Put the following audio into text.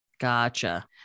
Gotcha